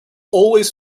always